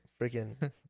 freaking